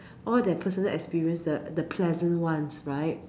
all their personal experience the pleasant ones right